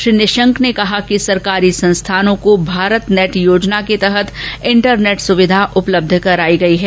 श्री निशंक ने कहा कि सरकारी संस्थानों को भारत नेट योजना के तहत इंटरनेट सुविधा उपलब्ध कराई गई है